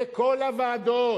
בכל הוועדות: